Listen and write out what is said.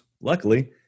Luckily